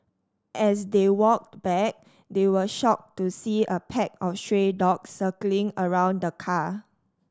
as they walked back they were shocked to see a pack of stray dogs circling around the car